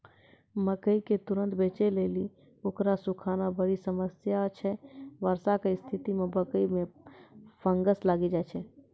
मकई के तुरन्त बेचे लेली उकरा सुखाना बड़ा समस्या छैय वर्षा के स्तिथि मे मकई मे फंगस लागि जाय छैय?